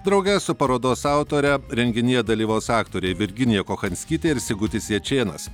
drauge su parodos autore renginyje dalyvaus aktoriai virginija kochanskytė ir sigutis jačėnas